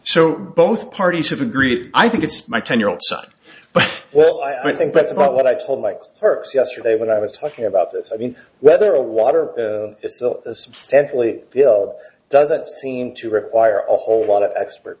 so both parties have agreed i think it's my ten year old but well i think that's about what i told my clerks yesterday when i was talking about this i mean whether a water substantially doesn't seem to require all whole lot of expert